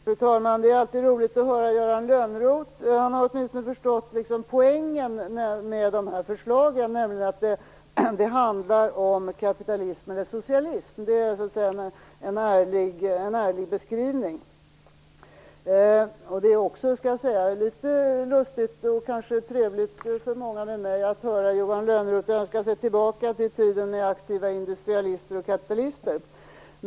Fru talman! Det är alltid roligt att höra Johan Lönnroth. Han har åtminstone förstått poängen med förslagen, nämligen att det handlar om kapitalism eller socialism. Det är en ärlig beskrivning. Det är också litet lustigt och kanske trevligt för många med mig att höra Johan Lönnroth önska sig tillbaka till tiden med aktiva industrialister och kapitalister.